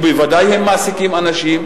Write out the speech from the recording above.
ובוודאי הם מעסיקים אנשים,